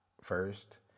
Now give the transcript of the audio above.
first